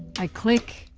i click.